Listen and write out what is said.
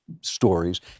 stories